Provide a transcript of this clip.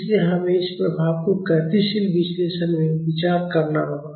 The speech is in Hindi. इसलिए हमें इस प्रभाव को गतिशील विश्लेषण में विचार करना होगा